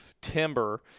timber